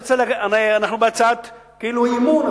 אנחנו בהצעת אי-אמון,